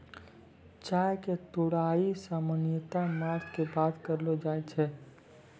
चाय के तुड़ाई सामान्यतया मार्च के बाद करलो जाय छै